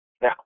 Now